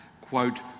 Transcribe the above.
quote